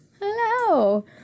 Hello